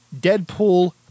Deadpool